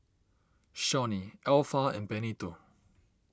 Shawnee Alpha and Benito